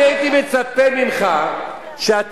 אני הייתי מצפה ממך שאתה,